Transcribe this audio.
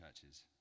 churches